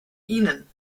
ihnen